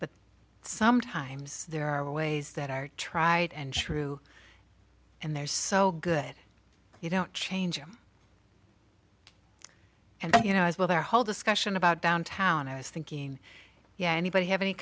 air sometimes there are ways that are tried and true and they're so good you don't change him and you know as well the whole discussion about downtown i was thinking yeah anybody have any